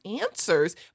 answers